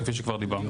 כפי שדיברנו.